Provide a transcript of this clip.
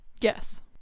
Yes